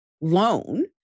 loan